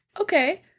Okay